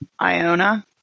Iona